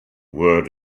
word